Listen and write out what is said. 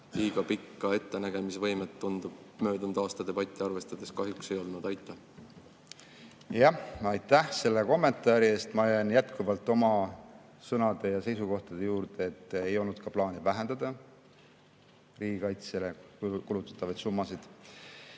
liiga pikka ettenägemisvõimet, tundub, möödunud aasta debatti arvestades kahjuks ei ole olnud. Aitäh selle kommentaari eest! Ma jään jätkuvalt oma sõnade ja seisukohtade juurde, et meil ei olnud plaani vähendada riigikaitsele kulutatavat summat.